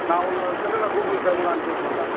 நான் உன்னோட செல்லில் கூகுள்பே மூலம் அனுப்பிசி விட்டுறேன் காசு